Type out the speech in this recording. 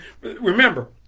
remember